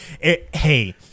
Hey